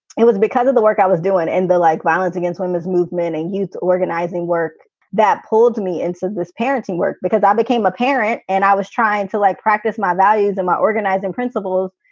it was because of the work i was doing and the like violence against women's movement and youth organizing work that pulled me into this parenting work because i became a parent and i was trying to like practice my values and my organizing principles.